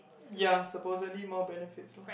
ya supposedly more benefits lah